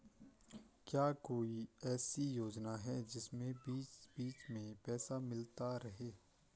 क्या कोई ऐसी योजना है जिसमें बीच बीच में पैसा मिलता रहे?